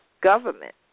government